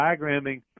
diagramming